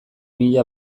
mila